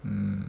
mm